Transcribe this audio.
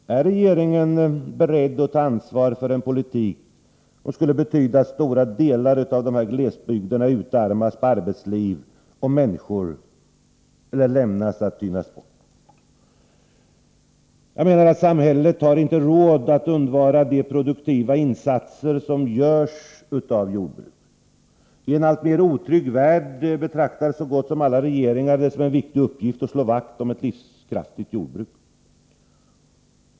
Är regeringen beredd att ta ansvar för en politik som betyder att stora delar av dessa glesbygder utarmas på arbetsliv och människor eller lämnas att tyna bort? Samhället har inte råd att undvara de produktiva insatser som görs av jordbruket. I en alltmer otrygg värld betraktar så gott som alla regeringar det som en viktig uppgift att slå vakt om ett livskraftigt jordbruk.